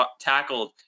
tackled